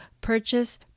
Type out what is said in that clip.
purchase